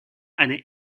eine